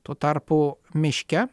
tuo tarpu miške